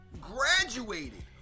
graduated